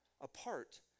apart